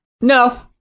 No